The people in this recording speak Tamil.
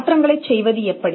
மாற்றங்களை செய்வது எப்படி